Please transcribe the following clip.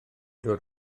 dod